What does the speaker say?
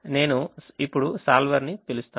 నేను ఇప్పుడు solver ని పిలుస్తాను